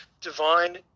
divine